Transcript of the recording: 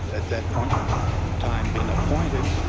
at that point in time, been appointed,